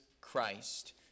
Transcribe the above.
Christ